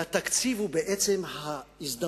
והתקציב הוא ההזדמנות